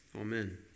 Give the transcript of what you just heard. Amen